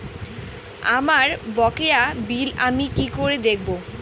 আমার বকেয়া বিল আমি কি করে দেখব?